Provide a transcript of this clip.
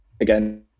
again